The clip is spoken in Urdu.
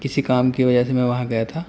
کسی کام کی وجہ سے میں وہاں گیا تھا